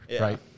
right